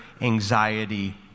anxiety